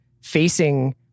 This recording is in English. facing